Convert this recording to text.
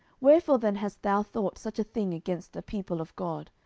wherefore then hast thou thought such a thing against the people of god?